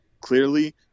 clearly